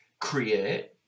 create